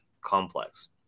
complex